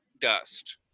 dust